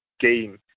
game